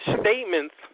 statements